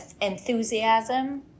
enthusiasm